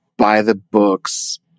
by-the-books